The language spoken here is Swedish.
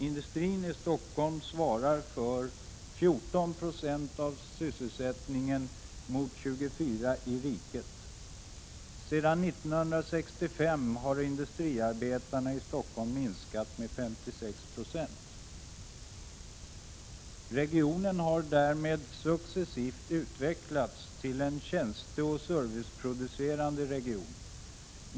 Industrin i Stockholm svarar för 14 96 av sysselsättningen mot 24 0 i det övriga riket. Sedan 1965 har antalet industriarbetare i Stockholm minskat med 56 26. Regionen har därmed successivt utvecklats till en tjänsteoch serviceproducerande region.